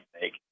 make